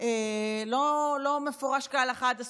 לא מפורש כהלכה עד הסוף,